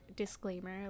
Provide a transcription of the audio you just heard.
disclaimer